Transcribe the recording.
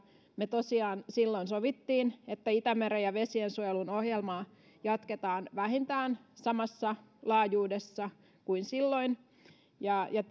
me tosiaan silloin sovimme että itämeren ja vesiensuojelun ohjelmaa jatketaan vähintään samassa laajuudessa kuin silloin ja ja